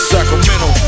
Sacramento